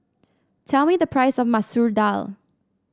tell me the price of Masoor Dal